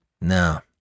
No